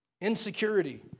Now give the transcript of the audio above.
Insecurity